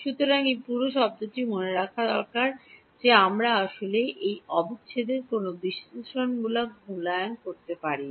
সুতরাং এই পুরো শব্দটি মনে রাখা দরকার যে আমরা আসলে এই অবিচ্ছেদের কোনও বিশ্লেষণমূলক মূল্যায়ন করতে পারি না